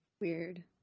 Weird